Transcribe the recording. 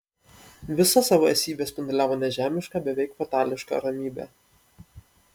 visą savo esybe spinduliavo nežemišką beveik fatališką ramybę